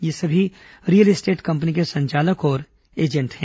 ये सभी real estate company के संचालक और एजेंट है